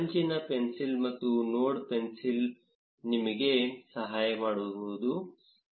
ಅಂಚಿನ ಪೆನ್ಸಿಲ್ ಮತ್ತು node pencil ನಿಮಗೆ ಸಹಾಯ ಮಾಡಬಹುದು